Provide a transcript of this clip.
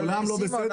כולם לא בסדר.